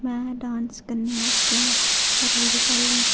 में डांस करने बास्तै सारे कोलू पैह्ले